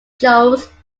chose